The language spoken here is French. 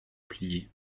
plier